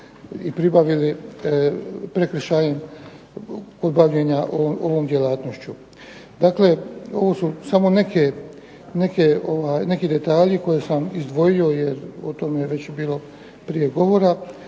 i pribavili kod bavljenja ovom djelatnošću. Dakle, ovo su samo neki detalji koje sam izdvojio jer je o tome prije bilo govora.